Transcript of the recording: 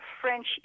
French